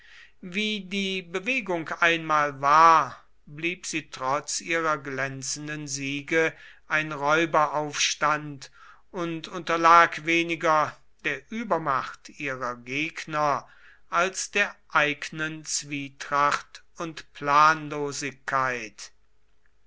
wie die bewegung einmal war blieb sie trotz ihrer glänzenden siege ein räuberaufstand und unterlag weniger der übermacht ihrer gegner als der eignen zwietracht und planlosigkeit